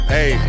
Hey